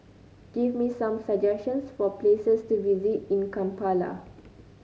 give me some suggestions for places to visit in Kampala